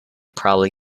probably